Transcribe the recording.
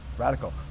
Radical